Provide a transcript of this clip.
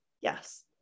Yes